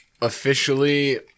Officially